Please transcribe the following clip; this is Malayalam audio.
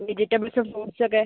വെജിറ്റബിൾസ് ഫ്രൂട്ട്സ് ഒക്കെ